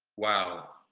wow.